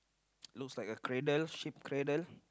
look like a cradle sheep cradle